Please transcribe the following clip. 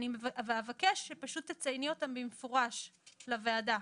ואבקש שפשוט תצייני אותם במפורש לוועדה.